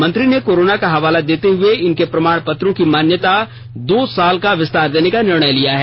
मंत्री ने कोरोना का हवाला देते हुए इनके प्रमाणपत्रों की मान्यता को दो साल का विस्तार देने का निर्णय लिया है